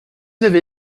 avez